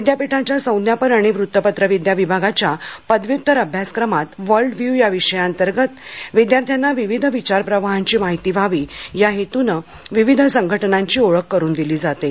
विद्यापीठाच्या संज्ञापन आणि वृत्तपत्रविद्या विभागाच्या पदव्युत्तर अभ्यासक्रमात वर्ल्ड व्ह्यू या विषयाअंतर्गत विद्यार्थ्यांना विविध विचारप्रवाहांची माहिती व्हावी या हेतूने विविध संघटनांची ओळख करून दिली जाते